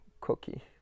cookie